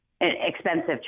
expensive